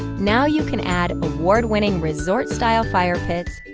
now you can add award-winning, resort style fire pits,